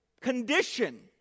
condition